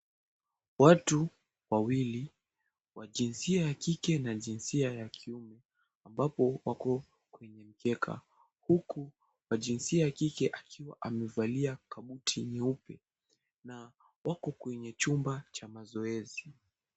Watu wawili wa jinsia ya kike na jinsia ya kiume ambapo wako kwenye mkeka huku ya jinsia ya kike akiwa amevalia kabuti nyeupe na wako kwenye chumba cha mazoezi.